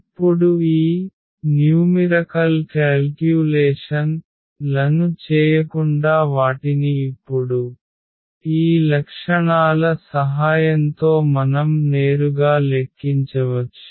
ఇప్పుడు ఈ సంఖ్యా గణన లను చేయకుండా వాటిని ఇప్పుడు ఈ లక్షణాల సహాయంతో మనం నేరుగా లెక్కించవచ్చు